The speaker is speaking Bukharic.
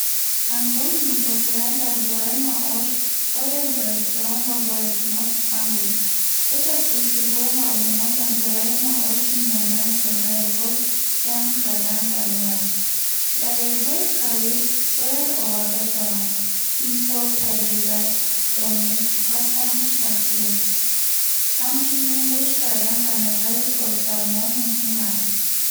Ҳангоми музокира дар бораи маош, бояд боэҳтиром ва боэътимод сухан гуфт. Пеш аз гуфтугӯ, маълумот дар бораи маоши миёнаи соҳаи худ ҷамъ кардан зарур аст. Далелҳои қавӣ бояд оварда шаванд. Мисол таҷриба, дониш ва саҳми шахсӣ. Ҳамчунин, гӯш кардан ба назари корфармо муҳим аст.